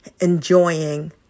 enjoying